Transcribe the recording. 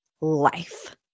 life